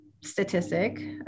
statistic